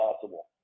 possible